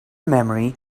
memory